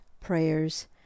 prayers